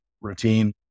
routine